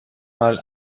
mal